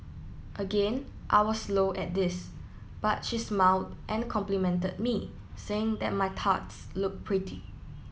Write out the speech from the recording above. again I was slow at this but she smiled and complimented me saying that my tarts looked pretty